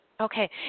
Okay